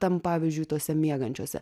tam pavyzdžiui tuose miegančiuose